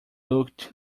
looked